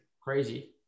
Crazy